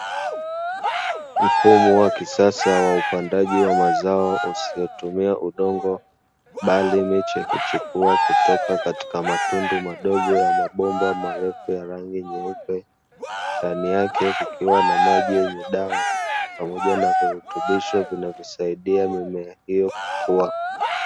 Mfumo wa kisasa wa upandaji wa mazao usiotumia udongo, bali miche huchipua kutoka katika matundu madogo ya mabomba marefu ya rangi rangi nyeupe, ndani yake kukiwa na maji yenye dawa pamoja na virutubisho vinavyosaidia mimea hiyo kukua.